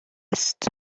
است